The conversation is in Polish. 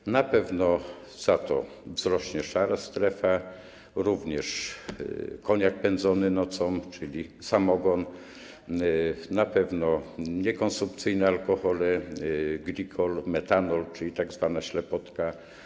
Za to na pewno wzrośnie szara strefa - również koniak pędzony nocą, czyli samogon, na pewno niekonsumpcyjne alkohole, glikol, metanol, czyli tzw. ślepotka.